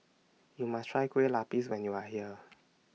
YOU must Try Kueh Lapis when YOU Are here